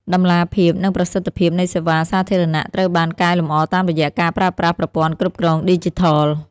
តម្លាភាព និងប្រសិទ្ធភាពនៃសេវាសាធារណៈត្រូវបានកែលម្អតាមរយៈការប្រើប្រាស់ប្រព័ន្ធគ្រប់គ្រងឌីជីថល។